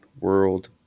World